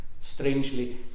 Strangely